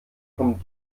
vom